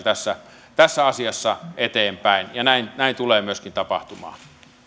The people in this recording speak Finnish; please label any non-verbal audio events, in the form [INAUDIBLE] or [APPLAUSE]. [UNINTELLIGIBLE] tässä tässä asiassa eteenpäin ja näin näin tulee myöskin tapahtumaan